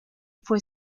fue